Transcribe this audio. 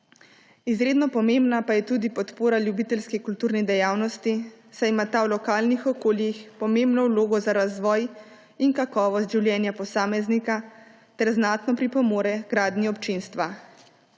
Izredno pomembna pa je tudi podpora ljubiteljski kulturni dejavnosti, saj ima ta v lokalnih okoljih pomembno vlogo za razvoj in kakovost življenja posameznika ter znatno pripomore h gradnji občinstva.